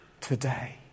today